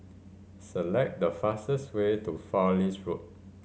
select the fastest way to Fowlie Road